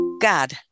God